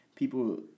People